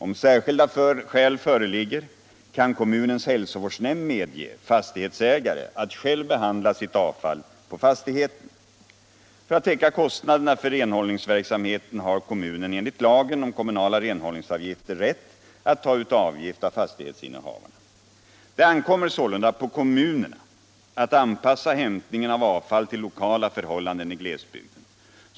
Om särskilda skäl föreligger, kan kommunens hälsovårdsnämnd medge fastighetsägare att själv behandla sitt avfall på fastigheten. För att täcka kostnaderna för renhållningsverksamheten har kommunen enligt lagen om kommunala renhållningsavgifter rätt att ta ut avgift av fastighetsinnehavarna. Det ankommer sålunda på kommunerna att anpassa hämtningen av avfall till lokala förhållanden i glesbygden.